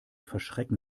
verschrecken